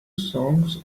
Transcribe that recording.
songs